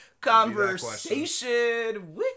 conversation